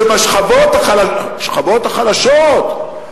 שבשכבות החלשות,